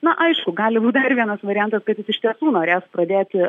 na aišku gali būt dar vienas variantas kad jis iš tiesų norės pradėti